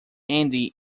andy